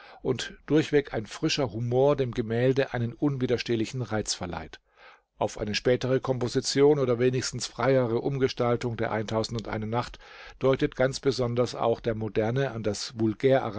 und durchweg ein frischer humor dem gemälde einen unwiderstehlichen reiz verleiht auf eine spätere komposition oder wenigstens freiere umgestaltung der nacht deutet ganz besonders auch der moderne an das